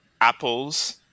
Apples